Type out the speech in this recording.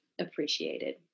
appreciated